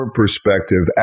perspective